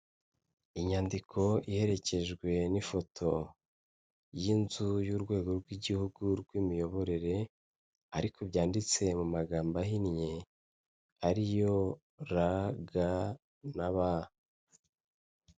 Inyandiko iherekejwe n'ifoto y'inzu y'urwego rw'igihugu rw' imiyoborere ariko byanditse mu magambo ahinnye ariyo ra ga na ba.